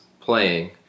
playing